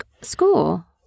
school